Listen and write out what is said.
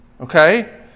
Okay